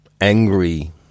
angry